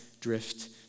drift